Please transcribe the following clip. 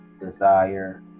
desire